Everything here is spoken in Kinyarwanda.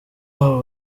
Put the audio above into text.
abo